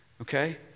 Okay